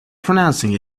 pronouncing